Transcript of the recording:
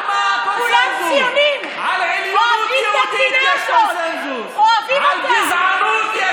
כי כולם ציונים, איזו הפתעה.